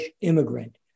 immigrant